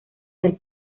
del